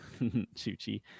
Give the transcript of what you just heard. Chuchi